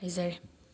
ꯍꯥꯏꯖꯔꯤ